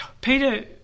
peter